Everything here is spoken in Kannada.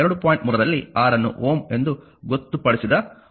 3 ರಲ್ಲಿ R ಅನ್ನು Ω ಎಂದು ಗೊತ್ತುಪಡಿಸಿದ Ω ನ ಯೂನಿಟ್ ನಲ್ಲಿ ಅಳೆಯಲಾಗುತ್ತದೆ